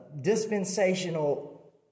dispensational